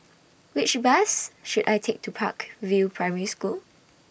Which Bus should I Take to Park View Primary School